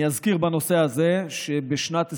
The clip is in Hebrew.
אני אזכיר בנושא הזה שבשנת 2021,